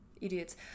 idiots